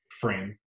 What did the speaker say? frame